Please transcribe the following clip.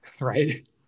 Right